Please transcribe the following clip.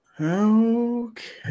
Okay